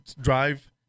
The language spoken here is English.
drive